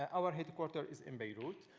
our headquarter is in beirut,